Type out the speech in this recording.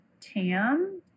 Tam